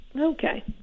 Okay